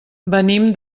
venim